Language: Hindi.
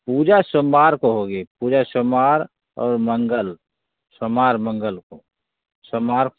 पूजा सोमवार को होगी पूजा सोमवार और मंगल सोमवार मंगल को सोमवार